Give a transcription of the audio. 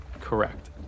Correct